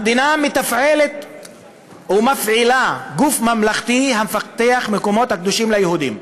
המדינה מתפעלת ומפעילה גוף ממלכתי המפתח מקומות הקדושים ליהודים,